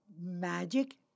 magic